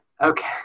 Okay